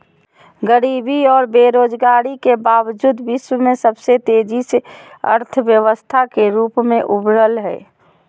गरीबी औरो बेरोजगारी के बावजूद विश्व में सबसे तेजी से अर्थव्यवस्था के रूप में उभरलय